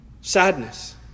sadness